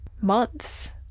months